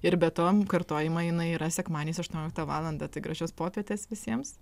ir be to kartojama jinai yra sekmadieniais aštuonioliktą valandą tai gražios popietės visiems